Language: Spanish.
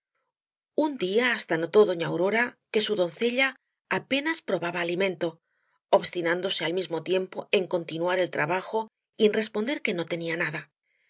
un día hasta notó doña aurora que su doncella apenas probaba alimento obstinándose al mismo tiempo en continuar el trabajo y en responder que no tenía nada